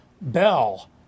bell